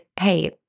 hey